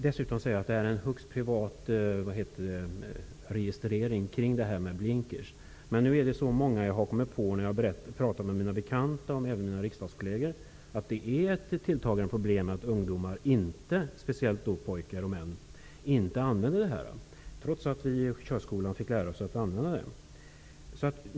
Detta är en högst privat reflexion kring det här med blinkrar. När jag har talat med mina bekanta och mina riksdagskolleger är det många som har hållit med om att det är ett tilltagande problem att ungdomar -- speciellt pojkar och män -- inte använder blinkrar, trots att de fick lära sig på körskolan att använda dessa.